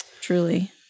truly